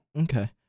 Okay